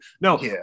No